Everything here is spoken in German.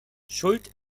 schuld